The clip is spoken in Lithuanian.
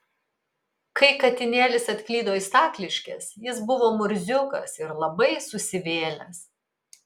kai katinėlis atklydo į stakliškes jis buvo murziukas ir labai susivėlęs